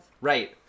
Right